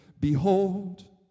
Behold